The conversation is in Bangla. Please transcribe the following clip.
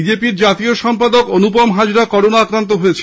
বিজেপি র জাতীয় সম্পাদক অনুপম হাজরা করোনা আক্রান্ত হয়েছেন